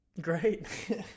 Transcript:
great